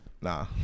nah